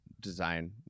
design